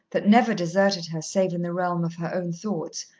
that never deserted her save in the realm of her own thoughts,